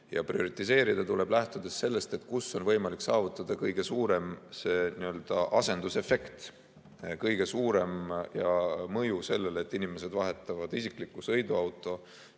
prioritiseerida, lähtudes sellest, kus on võimalik saavutada kõige suurem n-ö asendusefekt, kõige suurem mõju sellele, et inimesed vahetavad isikliku sõiduauto